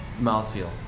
mouthfeel